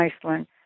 Iceland